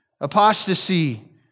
Apostasy